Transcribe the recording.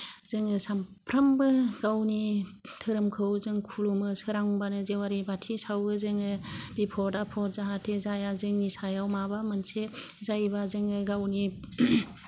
जोङो सामफ्रामबो गावनि धोरोमखौ जों खुलुमो सोरांबानो जेवारि बाथि सावो जोङो बिफद आफद जाहाथे जाया जोंनि सायाव माबा मोनसे जायोबा जोङो गावनि